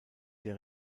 der